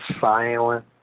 silent